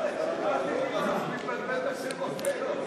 וקנין, מה קרה, אתה מתבלבל בשמות היום?